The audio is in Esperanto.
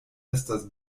estas